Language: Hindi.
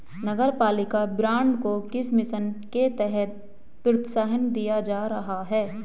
नगरपालिका बॉन्ड को किस मिशन के तहत प्रोत्साहन दिया जा रहा है?